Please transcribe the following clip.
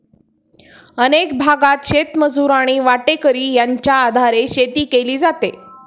अनेक भागांत शेतमजूर आणि वाटेकरी यांच्या आधारे शेती केली जाते